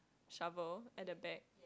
shovel at the back